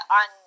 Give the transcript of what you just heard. on